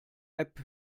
app